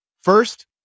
First